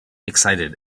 excited